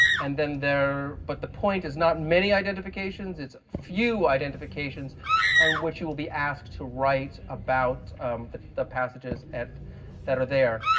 and then there but the point is not many identifications. it's few identifications on which you will be asked to write about the the passages that are there,